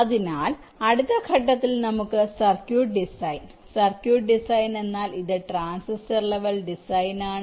അതിനാൽ അടുത്ത ഘട്ടത്തിൽ നമുക്ക് സർക്യൂട്ട് ഡിസൈൻ ഉണ്ട് സർക്യൂട്ട് ഡിസൈൻ എന്നാൽ ഇത് ട്രാൻസിസ്റ്റർ ലെവൽ ഡിസൈൻ ആണ്